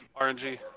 RNG